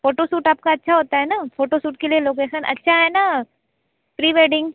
photoshoot आपका अच्छा होता है न फोटोशूट के लिए लोकेशन अच्छा है न प्री वेडिंग